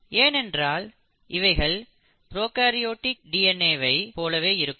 ஏனென்றால் இவைகள் prokaryotic DNA வை போலவே இருக்கும்